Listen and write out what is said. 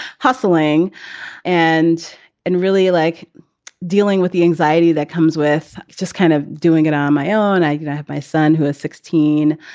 hustling and and really like dealing with the anxiety that comes with it, just kind of doing it on my own. i got to have my son, who is sixteen,